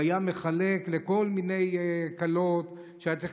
שהוא היה מחלק לכל מיני כלות כשהיה צריך